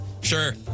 Sure